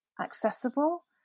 accessible